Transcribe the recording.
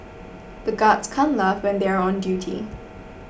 the guards can't laugh when they are on duty